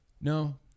no